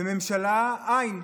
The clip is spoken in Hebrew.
וממשלה, אין.